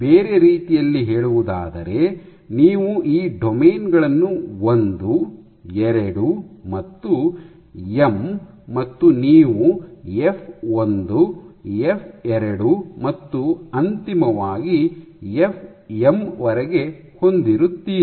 ಬೇರೆ ರೀತಿಯಲ್ಲಿ ಹೇಳುವುದಾದರೆ ನೀವು ಈ ಡೊಮೇನ್ ಗಳನ್ನು ಒಂದು ಎರಡು ಮತ್ತು ಎಮ್ ಮತ್ತು ನೀವು ಎಫ್1 ಎಫ್ 2 ಮತ್ತು ಅಂತಿಮವಾಗಿ ಎಫ್ ಎಂ ವರೆಗೆ ಹೊಂದಿರುತ್ತೀರಿ